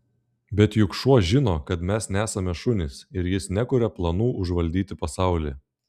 bet juk šuo žino kad mes nesame šunys ir jis nekuria planų užvaldyti pasaulį